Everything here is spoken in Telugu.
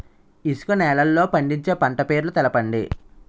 ఇసుక నేలల్లో పండించే పంట పేర్లు తెలపండి?